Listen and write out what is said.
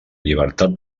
llibertat